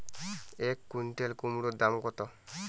এক কুইন্টাল কুমোড় দাম কত?